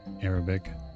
Arabic